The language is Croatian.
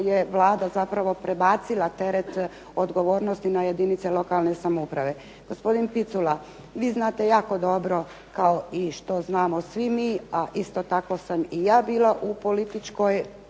je Vlada zapravo prebacila teret odgovornosti na jedinice lokalne samouprave. Gospodine Picula, vi znate jako dobro kao i što znamo svi mi, a isto tako sam i ja bila u političkoj